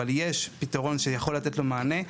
אבל יש פתרון שיכול לתת לו מענה,